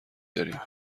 داریم